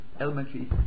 elementary